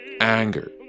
anger